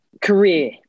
career